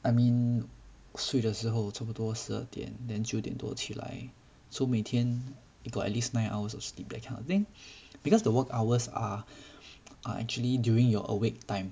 I mean 睡的时候差不多十二点 then 九点多起来 so 每天 got at least nine hours of sleep that kind of thing because the work hours are are actually during your awake time